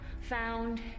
found